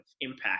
impact